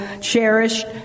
cherished